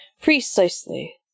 Precisely